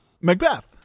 Macbeth